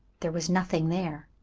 there was nothing there!